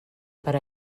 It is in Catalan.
per